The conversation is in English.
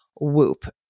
whoop